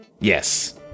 Yes